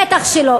בטח שלא.